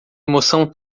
emoção